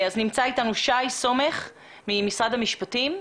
נמצא אתנו שי סומך ממשרד המשפטים?